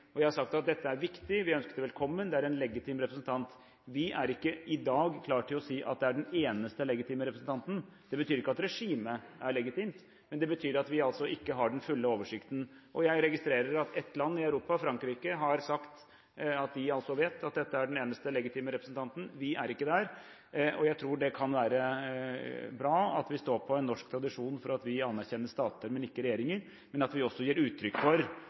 har sagt at dette er viktig, vi ønsker det velkommen, det er en legitim representant. Vi er ikke i dag klar til å si at det er den eneste legitime representanten. Det betyr ikke at regimet er legitimt, men det betyr at vi altså ikke har den fulle oversikten. Jeg registrerer at ett land i Europa, Frankrike, har sagt at de vet at dette er den eneste legitime representanten. Vi er ikke der. Jeg tror det kan være bra at vi står på en norsk tradisjon for at vi anerkjenner stater og ikke regjeringer, men at vi også gir uttrykk for